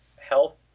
health